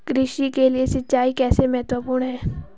कृषि के लिए सिंचाई कैसे महत्वपूर्ण है?